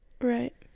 Right